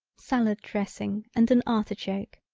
salad dressing and an artichoke.